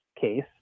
case